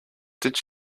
did